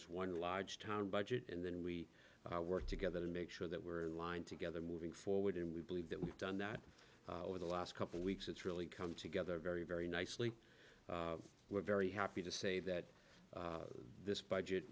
as one large town budget and then we work together to make sure that we're in line together moving forward and we believe that we've done that over the last couple weeks it's really come together very very nicely we're very happy to say that this budget